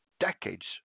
decades